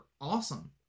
awesome